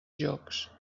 jocs